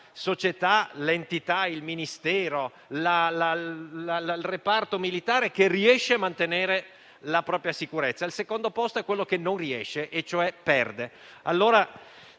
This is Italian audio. società, l'entità, il Ministero, il reparto militare che riesce a mantenere la propria sicurezza, mentre al secondo c'è il soggetto che non riesce e cioè perde. Bisogna